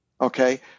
Okay